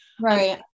right